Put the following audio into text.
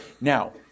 Now